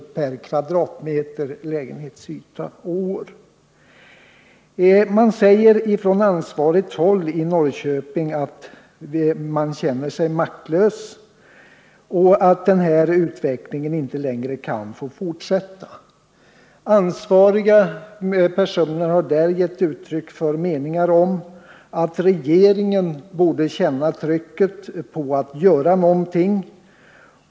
per kvadratmeter lägenhetsyta och år. Från ansvarigt håll i Norrköping säger man att man känner sig maktlös och att den här utvecklingen inte längre kan få fortsätta. Ansvariga personer har givit uttryck åt uppfattningen att regeringen borde känna trycket att det här måste göras någonting.